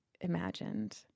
imagined